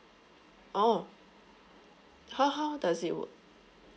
oh how how does it work